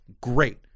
great